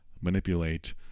manipulate